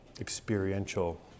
experiential